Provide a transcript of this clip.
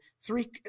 three